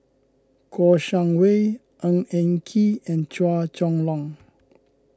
Kouo Shang Wei Ng Eng Kee and Chua Chong Long